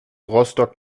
rostock